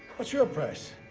what's your price?